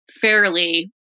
fairly